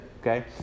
okay